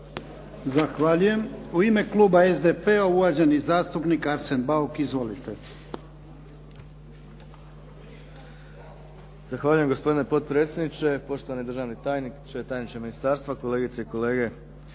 Zahvaljujem. U ime kluba SDP-a uvaženi zastupnik Arsen Bauk. Izvolite. **Bauk, Arsen (SDP)** Zahvaljujem gospodine potpredsjedniče, poštovani državni tajniče, tajničke ministarstva, kolegice i kolege